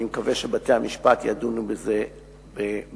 אני מקווה שבתי-המשפט ידונו בזה במהרה.